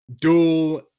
dual